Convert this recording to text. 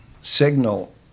signal